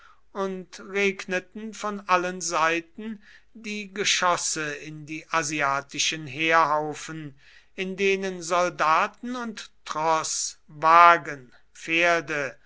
und regneten von allen seiten die geschosse in die asiatischen heerhaufen in denen soldaten und troß wagen pferde